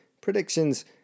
predictions